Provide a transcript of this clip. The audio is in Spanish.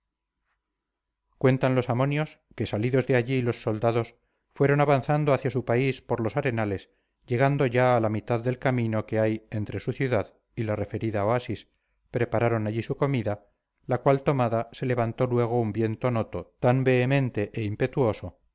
cuentan los amonios que salidos de allí los soldados fueron avanzando hacia su país por los arenales llegando ya a la mitad del camino que hay entre su ciudad y la referida oasis prepararon allí su comida la cual tomada se levantó luego un viento noto tan vehemente e impetuoso